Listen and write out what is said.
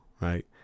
right